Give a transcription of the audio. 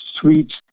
sweets